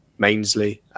Mainsley